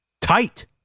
Tight